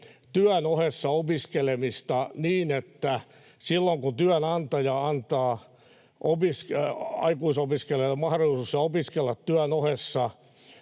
työn ohessa opiskelemista niin, että silloin kun työnantaja antaa aikuisopiskelijalle mahdollisuuden opiskella työn ohessa,